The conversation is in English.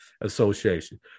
Association